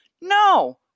No